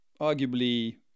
arguably